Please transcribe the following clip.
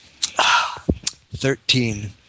Thirteen